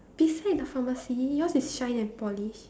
beside the pharmacy yours is shine and polish